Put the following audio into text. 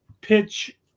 Pitch